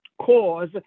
cause